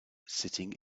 sitting